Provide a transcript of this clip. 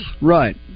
Right